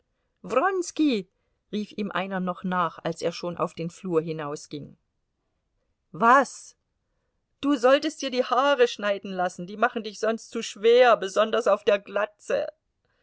rief ihm einer noch nach als er schon auf den flur hinausging was du solltest dir die haare schneiden lassen die machen dich sonst zu schwer besonders auf der glatze